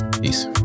peace